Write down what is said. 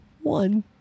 one